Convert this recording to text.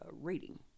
rating